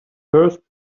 first